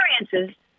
experiences